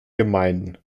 gemeinden